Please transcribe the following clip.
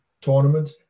tournament